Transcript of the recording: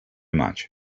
much